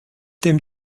dem